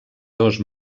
dos